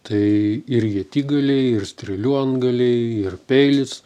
tai ir ietigaliai ir strėlių antgaliai ir peilis